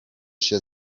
się